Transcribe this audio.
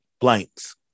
blanks